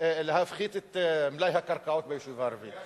להפחית את מלאי הקרקעות ביישוב הערבי,